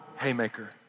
haymaker